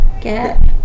get